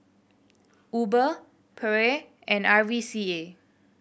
Uber Perrier and R V C A